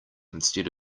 instead